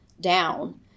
down